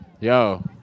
Yo